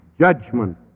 judgment